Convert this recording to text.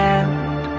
end